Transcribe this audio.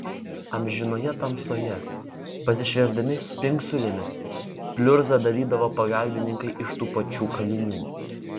amžinoje tamsoje pasišviesdami spingsulėmis pliurzą dalydavo pagalbininkai iš tų pačių kalinių